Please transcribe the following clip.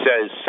says